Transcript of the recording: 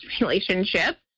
relationship